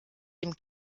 dem